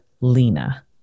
Lena